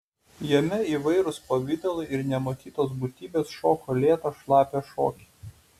jame įvairūs pavidalai ir nematytos būtybės šoko lėtą šlapią šokį